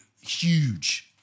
huge